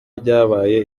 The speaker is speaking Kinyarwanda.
ryabaye